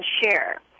share